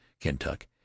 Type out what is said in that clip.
kentuck